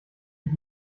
ich